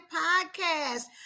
podcast